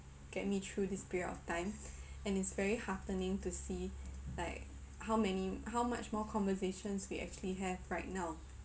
get me through this period of time and it's very heartening to see like how many how much more conversations we actually have right now